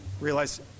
realize